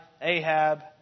Ahab